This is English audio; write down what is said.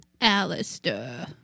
Alistair